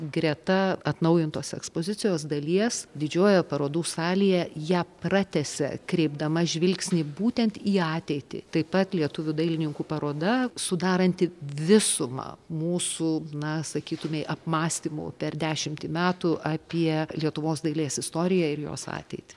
greta atnaujintos ekspozicijos dalies didžiojoje parodų salėje ją pratęsia kreipdama žvilgsnį būtent į ateitį taip pat lietuvių dailininkų paroda sudaranti visumą mūsų na sakytumei apmąstymų per dešimtį metų apie lietuvos dailės istoriją ir jos ateitį